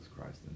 Christ